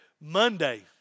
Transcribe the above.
Monday